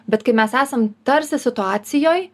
bet kai mes esam tarsi situacijoj